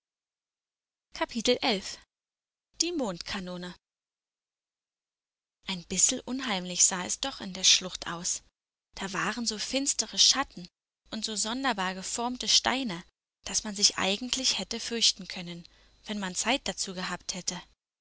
die mondkanone ein bissel unheimlich sah es doch in der schlucht aus da waren so finstere schatten und so sonderbar geformte steine daß man sich eigentlich hätte fürchten können wenn man zeit dazu gehabt hätte